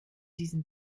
diesem